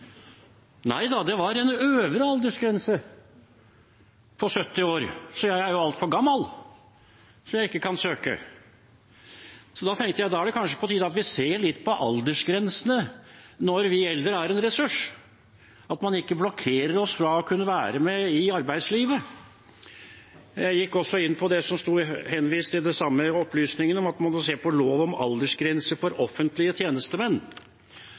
Nei da, det var en øvre aldersgrense på 70 år, så jeg er altfor gammel til å søke. Da tenkte jeg at det kanskje er på tide at vi ser litt på aldersgrensene – når vi eldre er en ressurs – og at man ikke blokkerer oss fra å kunne være med i arbeidslivet. Jeg gikk også inn og så på det som sto henvist til i de samme opplysningene – at man måtte se på lov om aldersgrenser for offentlige tjenestemenn.